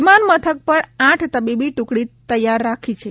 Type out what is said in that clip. વિમાનમથક પર આઠ તવીબી ટુકડી તૈયાર રાખી છે